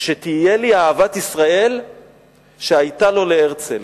שתהיה לי אהבת ישראל שהיתה לו, להרצל,